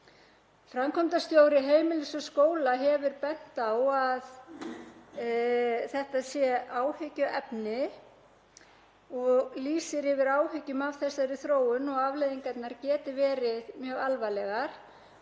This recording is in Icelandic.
Framkvæmdastjóri Heimilis og skóla hefur bent á að þetta sé áhyggjuefni og lýsir yfir áhyggjum af þessari þróun, að afleiðingarnar geti verið mjög alvarlegar